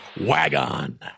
Wagon